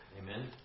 Amen